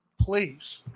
please